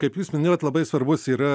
kaip jūs minėjot labai svarbus yra